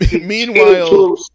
Meanwhile